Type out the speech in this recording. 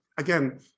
Again